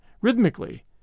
rhythmically